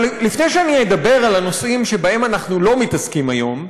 אבל לפני שאני אדבר על הנושאים שבהם אנחנו לא מתעסקים היום,